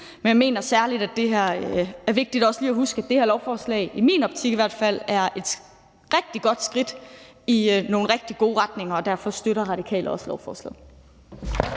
men jeg mener særlig, at det er vigtigt lige at huske, at det her lovforslag, i hvert fald i min optik, er et rigtig godt skridt i en rigtig god retning, og derfor støtter Radikale også lovforslaget.